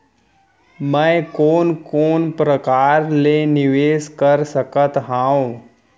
मैं कोन कोन प्रकार ले निवेश कर सकत हओं?